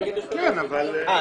תגידו שאתם לא רוצים לפזר.